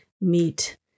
meet